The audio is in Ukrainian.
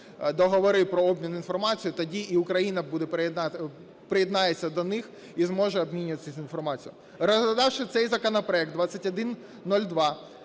договори про обмін інформацією, тоді і Україна приєднається до них і зможе обмінюватися інформацією. Розглянувши цей законопроект 2102,